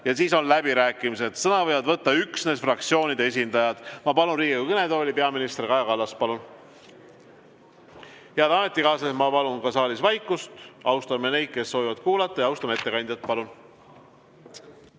ja siis on läbirääkimised. Sõna võivad võtta üksnes fraktsioonide esindajad. Palun Riigikogu kõnetooli peaminister Kaja Kallase. Head ametikaaslased, ma palun saalis vaikust. Austame neid, kes soovivad kuulata, ja austame ettekandjat. Palun!